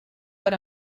per